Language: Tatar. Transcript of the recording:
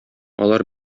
алар